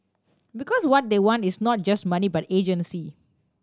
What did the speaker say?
because what they want is not just money but agency